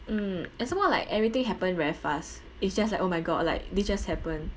mm and some more like everything happened very fast it's just like oh my god like this just happened